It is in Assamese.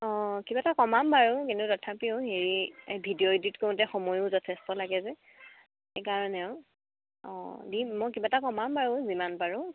অঁ কিবা এটা কমাম বাৰু কিন্তু তথাপিও হেৰি ভিডিঅ' এডিট কৰোঁতে সময়ো যথেষ্ট লাগে যে সেইকাৰণে আৰু অঁ দি মই কিবা এটা কমাম বাৰু যিমান পাৰোঁ